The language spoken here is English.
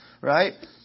right